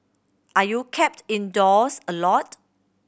are you kept indoors a lot